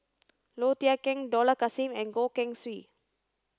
Low Thia Khiang Dollah Kassim and Goh Keng Swee